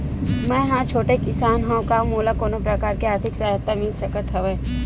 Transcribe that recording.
मै ह छोटे किसान हंव का मोला कोनो प्रकार के आर्थिक सहायता मिल सकत हवय?